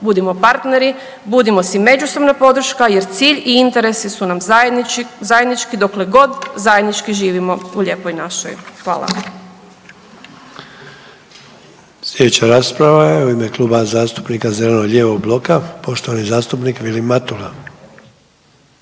Budimo partneri, budimo si međusobna podrška jer cilj i interesi su nam zajednički dokle god zajednički živimo u lijepoj našoj. Hvala.